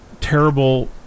terrible